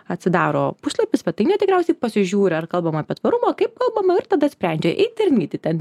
atsidaro puslapį svetainę tikriausiai pasižiūri ar kalbama apie tvarumą kaip kalbama ir tada sprendžia eiti ar neiti ten